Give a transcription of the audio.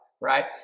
right